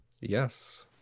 Yes